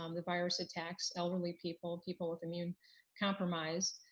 um the virus attacks elderly people, people with immune compromise,